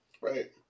Right